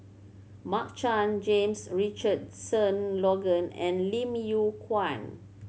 Mark Chan James Richardson Logan and Lim Yew Kuan